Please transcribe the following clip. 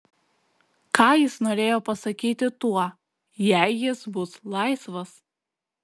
ką jis norėjo pasakyti tuo jei jis bus laisvas